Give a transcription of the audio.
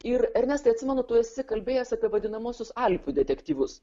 ir ernestai atsimenu tu esi kalbėjęs apie vadinamuosius alpiųalfų detektyvus